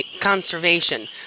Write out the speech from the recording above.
conservation